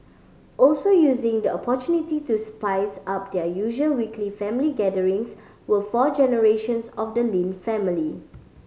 also using the opportunity to spice up their usual weekly family gatherings were four generations of the Lin family